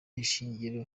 nshingano